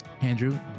Andrew